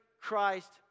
Christ